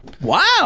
wow